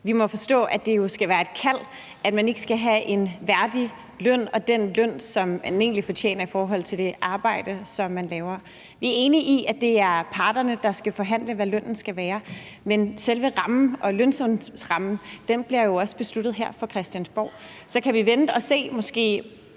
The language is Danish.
vi må forstå, at det jo skal være et kald, at man ikke skal have en værdig løn eller den løn, som man egentlig fortjener i forhold til det arbejde, som man laver. Vi er enige i, at det er parterne, der skal forhandle, hvad lønnen skal være, men selve rammen og lønrammen bliver jo besluttet her fra Christiansborgs side. Så kan vi vente at se